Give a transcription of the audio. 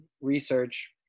research